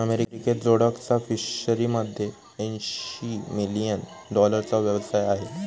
अमेरिकेत जोडकचा फिशरीमध्ये ऐंशी मिलियन डॉलरचा व्यवसाय आहे